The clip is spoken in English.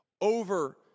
over